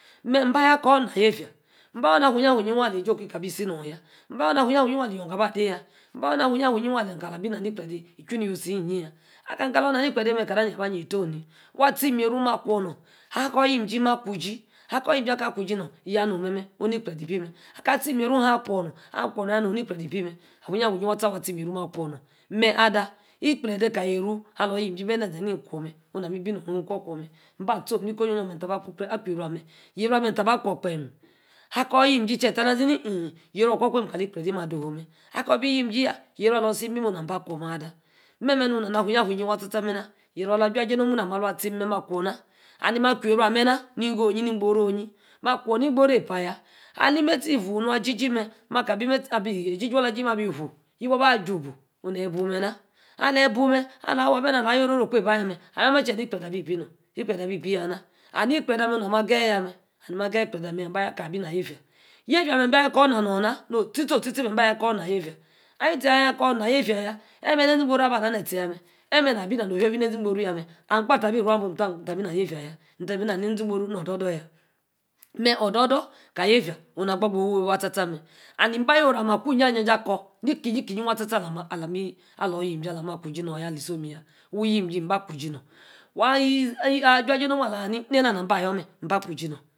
meh-mba ayor akor ina yefie. mba-ayor na-afu uni afunyi waa. ali ejie okie-kor abi. si nor yaa mba ayor. na-afu-yi afuu-yi alí. íyíor-gor aba nor yaa. mba ayor afuu-yi waa. alam kalor abi na-ni-îkplede. ichuí ni-iwi utie. iyin-yie yaa. aka kalor. ina-ni-ikplede meh. kana neyi aba. ayíe tie-oh. waa-atiem. yeru mah akwo nor. akor yim iji ma akwor nor. ma-aku-che. akor yim-ji. ya kuji ya nom meh. oh-no ni. ikplede ibi aka atiem yeru ahem akwo nor yaa ni-ikplede ibi meh. awu. yi awu yi waa. meh ada. ikplede kali. yeru alor yim-jim bi en-de-eȝee ana ikuro meh oh nami-ibi nor oh. heem kwo-kwo meh mba tsom ni ko. oh-yi-yi. akwu yeru ameh nta-ba akwo kpem. akor yim jim che-taa. aȝi-ni eh yeru. okwo-kwo kali-ikplede meh. adowu meh. akor bi yim kwo meh. ada. meh-meh nu-na awu-wu-yi waa tsa-tsa meh meh-na yeru. ahu aja-jie nomu-mu. na alu atiem meh. ma-kwo na. ma-akwu yeru-ah-meh na. ani ma akwo yeru na. ni igboru oh-yì, ma kwo ni-igboru epa yaa. ali. ime-tie ifuu. na jiji meh. ma-ka bi íme-tie. eji-ji ala aji-ji meh abi fuu. yie bua ba. ju-fuu ne-bu-meh. ala-waah na. yor-ori-okpebi ayah meh ayoma che ní kplede abi-bí non. ikplede abi-yana. ame ikplede ameh. namí ageyi. ya-meh na. amnd ma ageyi yaa meh na. abí na yefíe yefie ama. mba ayor akor nah nor na otîe-tie-oti-tie mba ayor akor na. nor na. mba ayor akor na-yefia. aha, ayor akor na yefia. yaa. emer-ne-ȝi-igboru orr abala. ne-tie yameh emer na bi nanor. ofio-fie yaa meh am-kpa tah abi ruu-abemi. mbi na yefia yaa. ina neri-igboru ame. meh okor odor-dor kali yefia onu na. gbobar. ifuu wey waa tsa-tsa. meh ande mba ayor-oro amerd akwa. ija-jie akor. nicki. yí. kíyí waa tsa-tsa. akor. alor yini jim na ma aku-iji nor yaa ali. somo. yaa. wu yim jim mba aku. iji nor mba aku. iji nor